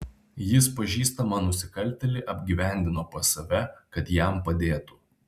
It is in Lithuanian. jis pažįstamą nusikaltėlį apgyvendino pas save kad jam padėtų